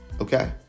Okay